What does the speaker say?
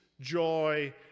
joy